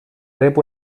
rep